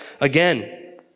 again